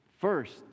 First